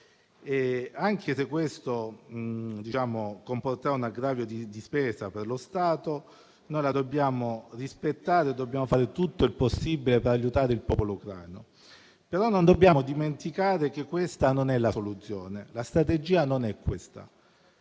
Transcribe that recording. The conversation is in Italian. e, anche se questo comporterà un aggravio di spesa per lo Stato, noi la dobbiamo rispettare e dobbiamo fare tutto il possibile per aiutare il popolo ucraino. Non dobbiamo però dimenticare che non è questa la soluzione, non è questa